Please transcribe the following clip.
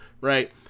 right